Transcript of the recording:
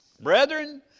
Brethren